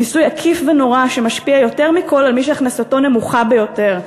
מיסוי עקיף ונורא שמשפיע יותר מכול על מי שהכנסתו נמוכה ביותר.